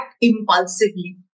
impulsively